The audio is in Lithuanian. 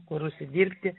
kur užsidirbti